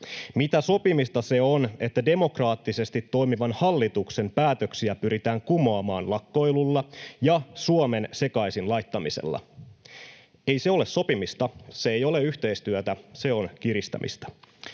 Mitä sopimista se on, että demokraattisesti toimivan hallituksen päätöksiä pyritään kumoamaan lakkoilulla ja Suomen sekaisin laittamisella? Ei se ole sopimista, se ei ole yhteistyötä, se on kiristämistä.